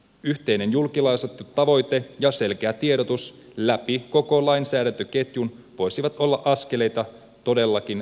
yhteinen julkilausuttu tavoite ja selkeä tiedotus läpi koko lainsäädäntöketjun voisivat olla askeleita todellakin rajattomaan pohjolaan